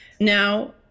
now